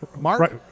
Mark